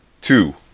Two